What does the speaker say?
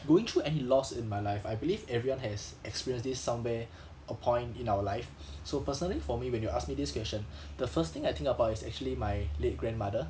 going through any loss in my life I believe everyone has experienced this somewhere a point in our life so personally for me when you ask me this question the first thing I think about it's actually my late grandmother